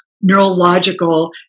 neurological